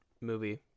movie